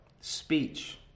speech